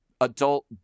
adult